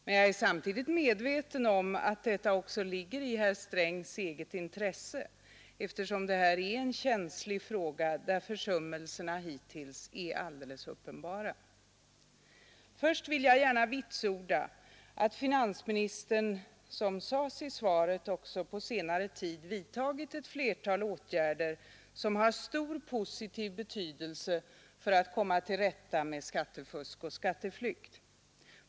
Men jag är samtidigt medveten om att det ligger i herr Strängs eget intresse, eftersom detta är en känslig fråga där försummelserna hittills är alldeles uppenbara. Först vill jag gärna vitsorda att finansministern, som också sagts i svaret, på senare tid vidtagit ett flertal åtgärder som har stor positiv betydelse för att komma till rätta med skattefusk och skatteflykt.